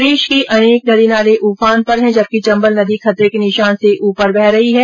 प्रदेश के अनेक नदी नाले उफान पर है जबकि चंबल नदी खतरे के निशान से ऊपर बह रही है